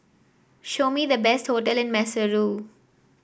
show me the best hotel in Maseru